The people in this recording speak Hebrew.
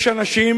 יש אנשים